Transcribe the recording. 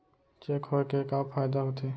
Cheque होए के का फाइदा होथे?